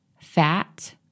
fat